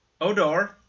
Odor